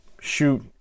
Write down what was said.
shoot